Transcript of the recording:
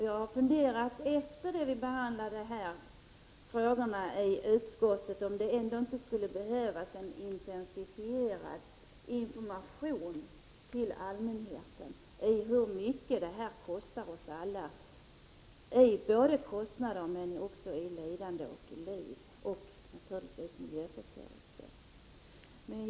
Jag har funderat på, efter det att vi behandlat de här frågorna i utskottet, om det ändå inte skulle behövas en intensifierad information till allmänheten om hur mycket hastighetsöverträdelserna kostar oss alla, i pengar men också i lidande och naturligtvis i form av miljöförstörelse.